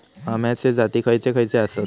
अम्याचे जाती खयचे खयचे आसत?